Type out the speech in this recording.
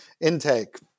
intake